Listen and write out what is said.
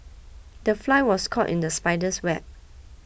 the fly was caught in the spider's web